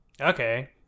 okay